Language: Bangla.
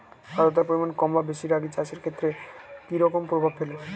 আদ্রতার পরিমাণ কম বা বেশি রাগী চাষের ক্ষেত্রে কি রকম প্রভাব ফেলে?